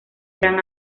gran